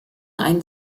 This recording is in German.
einen